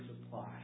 supply